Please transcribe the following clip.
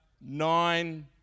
nine